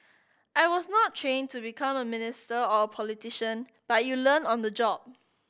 I was not trained to become a minister or a politician but you learn on the job